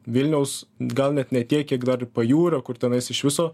vilniaus gal net ne tiek kiek dar pajūrio kur tenais iš viso